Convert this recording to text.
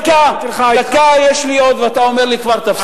יש לי עוד דקה ואתה כבר אומר לי תפסיק?